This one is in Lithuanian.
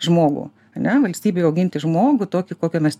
žmogų ane valstybei auginti žmogų tokį kokio mes